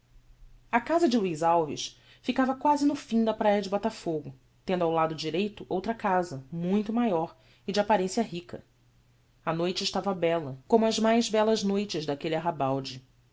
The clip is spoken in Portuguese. alves ficava quasi no fim da praia de botafogo tendo ao lado direito outra casa muito maior e de apparencia rica a noite estava bella como as mais bellas noites daquelle